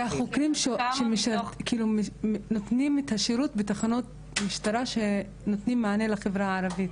אלה החוקרים שנותנים את השירות בתחנות משטרה שנותנים מענה לחברה הערבית.